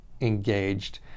engaged